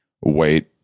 wait